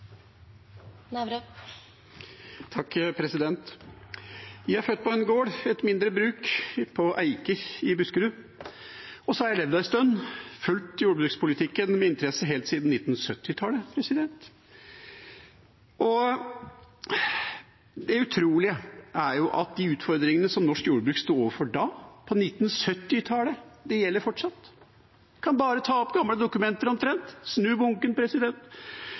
født på en gård, et mindre bruk på Eiker i Buskerud, og så har jeg levd en stund og fulgt jordbrukspolitikken med interesse helt siden 1970-tallet. Det utrolige er at de utfordringene som norsk jordbruk sto overfor på 1970-tallet, fortsatt gjelder. En kan omtrent bare ta opp gamle dokumenter – snu bunken.